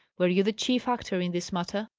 were you the chief actor in this matter?